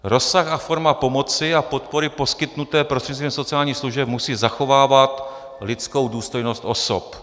Rozsah a forma pomoci a podpory poskytnuté prostřednictvím sociálních služeb musí zachovávat lidskou důstojnost osob.